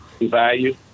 value